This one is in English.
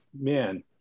man